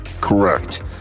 Correct